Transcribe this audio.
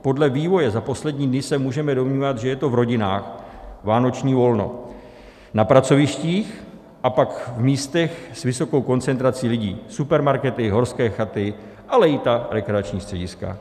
Podle vývoje za poslední dny se můžeme domnívat, že je to v rodinách vánoční volno, na pracovištích a pak v místech s vysokou koncentrací lidí supermarkety, horské chaty, ale i ta rekreační střediska.